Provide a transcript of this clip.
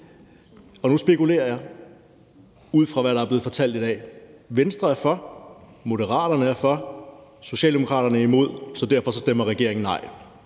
Og nu spekulerer jeg, ud fra hvad der er blevet fortalt i dag: Venstre er for, Moderaterne er for, og Socialdemokraterne er imod, så derfor stemmer regeringen nej.